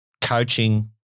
coaching